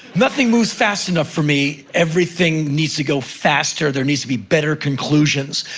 nothing moves fast enough for me. everything needs to go faster. there needs to be better conclusions.